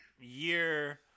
year